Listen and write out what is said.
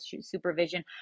supervision